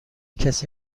کسی